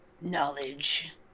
Knowledge